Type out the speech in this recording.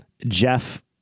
Jeff